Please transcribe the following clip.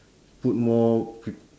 put more p~